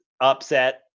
upset